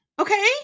Okay